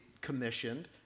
commissioned